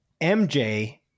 MJ